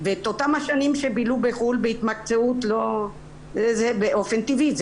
ואת אותן השנים שבילו בחו"ל בהתמקצעות באופן טבעי,